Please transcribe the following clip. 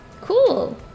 cool